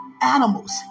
animals